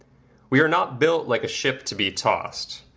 we are not built like a ship to be tossed,